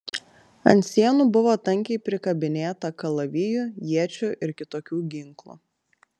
ant sienų buvo tankiai prikabinėta kalavijų iečių ir kitokių ginklų